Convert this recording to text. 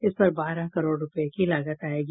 इस पर बारह करोड़ रूपए की लागत आएगी